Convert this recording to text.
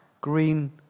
green